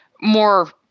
more